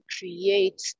create